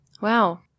Wow